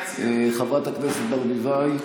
חברת הכנסת ברביבאי?